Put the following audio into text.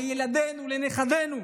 לילדינו ולנכדינו,